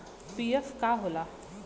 PF का होला?